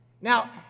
Now